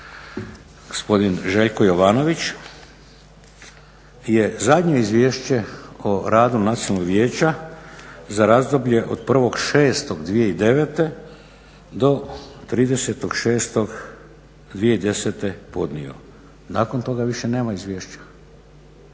gospodin Željko Jovanović je zadnje Izvješće o radu Nacionalnog vijeća za razdoblje od 1.6.2009. do 30.6.2010. podnio. Nakon toga više nema izvješća.